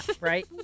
right